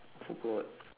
forgot